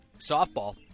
Softball